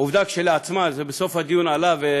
עובדה שכשלעצמה, זה בסוף הדיון עלה, ו